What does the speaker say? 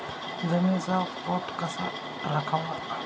जमिनीचा पोत कसा राखावा?